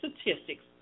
statistics